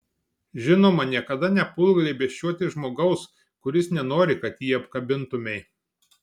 žinoma niekada nepulk glėbesčiuoti žmogaus kuris nenori kad jį apkabintumei